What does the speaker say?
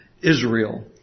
Israel